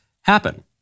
happen